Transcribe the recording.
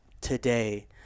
today